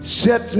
set